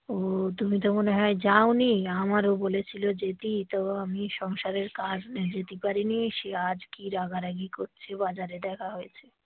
ও তুমি তো মনে হয় যাও নি আমারে বলেছিলো যেতে তো আমি সংসারের কাজ যেতে পারি নি সে আজ কি রাগারাগি করছে বাজারে দেখা হয়েছে